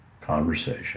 conversation